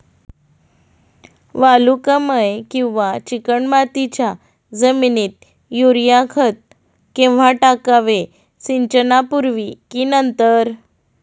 वालुकामय किंवा चिकणमातीच्या जमिनीत युरिया खत केव्हा टाकावे, सिंचनापूर्वी की नंतर?